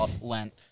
Lent